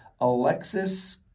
Alexis